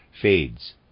fades